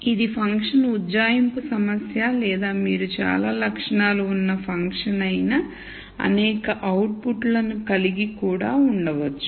ఇది ఫంక్షన్ ఉజ్జాయింపు సమస్య లేదా మీరు చాలా లక్షణాల ఉన్న ఫంక్షన్ అయిన అనేక అవుట్పుట్ లను కూడా కలిగి ఉండవచ్చు